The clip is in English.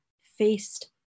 faced